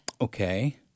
okay